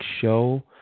show